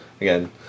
again